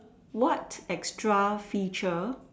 what extra feature